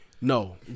No